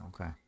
Okay